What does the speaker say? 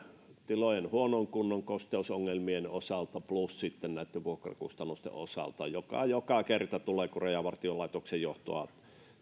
tilojen huonon kunnon kosteusongelmien osalta plus sitten näitten vuokrakustannusten osalta jotka joka kerta tulevat kun rajavartiolaitoksen johtoon